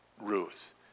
Ruth